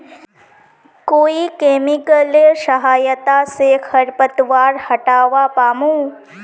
कोइ केमिकलेर सहायता से खरपतवार हटावा पामु